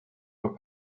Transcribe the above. were